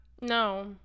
No